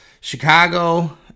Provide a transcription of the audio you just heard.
Chicago